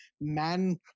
man